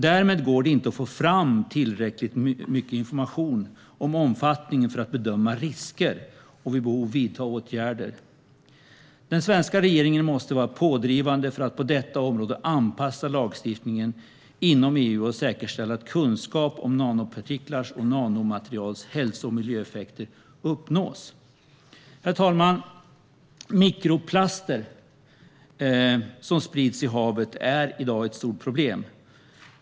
Därmed går det inte att få fram tillräckligt mycket information om omfattningen för att bedöma risker och vid behov vidta åtgärder. Den svenska regeringen måste vara pådrivande för att på detta område anpassa lagstiftningen inom EU och säkerställa att kunskap om nanopartiklars och nanomaterials hälso och miljöeffekter uppnås. Herr talman! Mikroplaster som sprids i havet är i dag ett stort problem.